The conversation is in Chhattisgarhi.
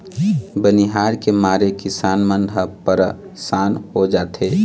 बनिहार के मारे किसान मन ह परसान हो जाथें